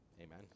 Amen